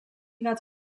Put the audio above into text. bat